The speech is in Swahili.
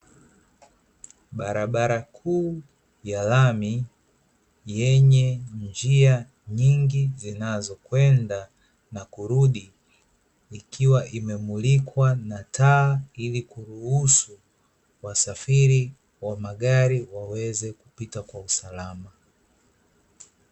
Barabara kuu ya lami yenye njia nyingi zinazokwenda na kurudi ikiwa zimemulikwa na taa, ili kuruhusu wasafiri wa magari waweze kupita kwa usalama.